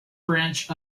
branch